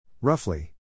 Roughly